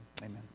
amen